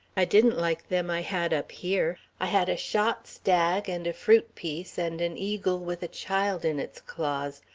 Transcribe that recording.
i didn't like them i had up here i had a shot stag and a fruit piece and an eagle with a child in its claws.